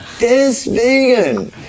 Deswegen